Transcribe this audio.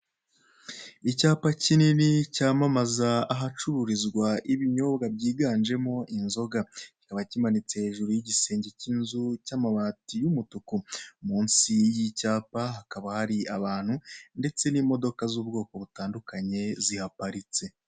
Icyapa kinini, cyamamaza ahacururizwa ibinyobwa byiganjemo inzoga. Kikaba kimanitse hejuru y'igisenge cy'inzu, cy'amabati y'umutuku. Munsi y'icyapa hakaba hari abantu ndetse n'imodoka z'ubwoko butandukanye, zihaparitse.